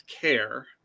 care